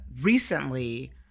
recently